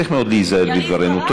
צריך מאוד להיזהר בדברינו.